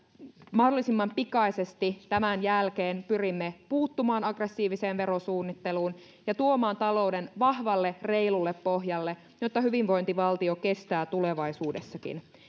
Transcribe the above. mahdollisimman pikaisesti tämän jälkeen pyrimme puuttumaan aggressiiviseen verosuunnitteluun ja tuomaan talouden vahvalle reilulle pohjalle jotta hyvinvointivaltio kestää tulevaisuudessakin